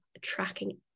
tracking